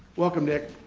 welcome, dick.